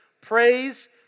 praise